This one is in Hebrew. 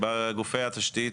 שבה גופי התשתית